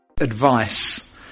Advice